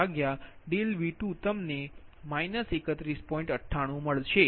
98 મળશે